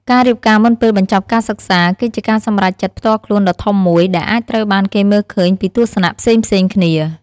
ការរៀបការមុនពេលបញ្ចប់ការសិក្សាគឺជាការសម្រេចចិត្តផ្ទាល់ខ្លួនដ៏ធំមួយ ដែលអាចត្រូវបានគេមើលឃើញពីទស្សនៈផ្សេងៗគ្នា។